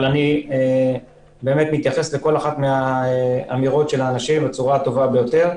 אבל אני מתייחס לכל אחת מהאמירות של האנשים בצורה הטובה ביותר,